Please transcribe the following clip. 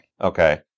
Okay